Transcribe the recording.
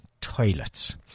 toilets